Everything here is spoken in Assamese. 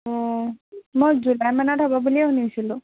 অ' মই জুলাই মানত হ'ব বুলি শুনিছিলোঁ